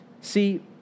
See